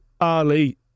Ali